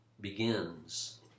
begins